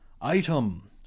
Item